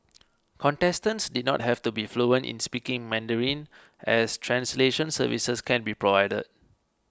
contestants did not have to be fluent in speaking Mandarin as translation services can be provided